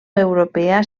europea